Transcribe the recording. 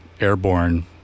airborne